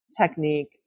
technique